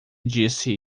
disse